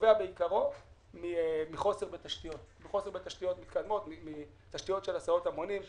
נובע בעיקרו מחוסר בתשתיות של הסעות המונים,